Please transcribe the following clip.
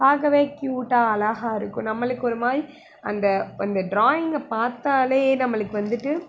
பார்க்கவே க்யூட்டாக அழகா இருக்கும் நம்மளுக்கு ஒருமாதிரி அந்த அந்த ட்ராயிங்கை பார்த்தாலே நம்மளுக்கு வந்துவிட்டு